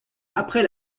après